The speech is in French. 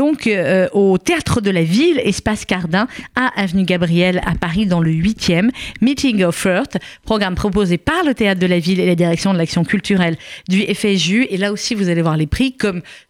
Donc, euh, au Théâtre de la Ville, Espace Cardin, à Avenue Gabriel, à Paris, dans le huitième. Meeting of Earth, programme proposé par le Théâtre de la Ville et la Direction de l'Action Culturelle du FSJU. Et là aussi, vous allez voir les prix, comme